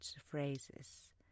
phrases